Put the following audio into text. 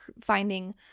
finding